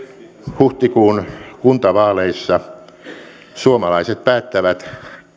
huhtikuun kuntavaaleissa suomalaiset päättävät